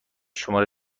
شماره